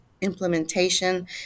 implementation